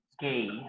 Gay